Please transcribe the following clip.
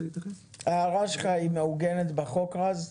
ההערה שלך היא מעוגנת בחוק רז?